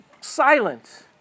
silent